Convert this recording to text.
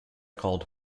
called